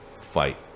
fight